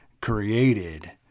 created